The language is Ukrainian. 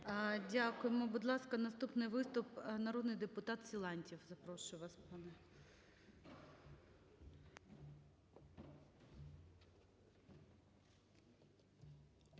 Дякуємо. Будь ласка, наступний виступ народний депутат Силантьєв.